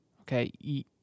Okay